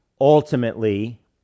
ultimately